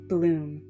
Bloom